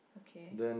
okay